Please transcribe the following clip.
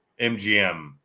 MGM